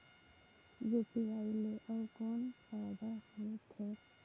UPI ले अउ कौन फायदा होथ है?